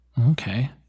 Okay